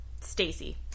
Stacy